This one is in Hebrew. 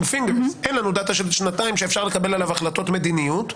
אין לנו דאתה של שנתיים שאפשר לקבל עליה החלטות מדיניות.